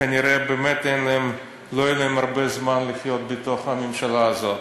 כנראה לא יהיה להם הרבה זמן לחיות בתוך הממשלה הזאת.